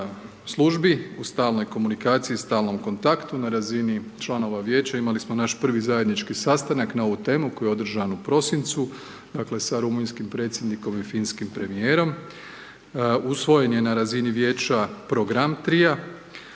u stalnoj komunikaciji i stalnom kontaktu na razini članova vijeća, imali smo naš prvi zajednički sastanak na ovu temu koji je održan u prosincu, dakle sa rumunjskim predsjednikom i finskim premijerom, usvojen je na razini vijeća program trija.